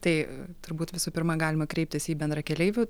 tai turbūt visų pirma galima kreiptis į bendrakeleivių